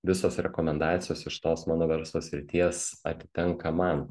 visos rekomendacijos iš tos mano verslo srities atitenka man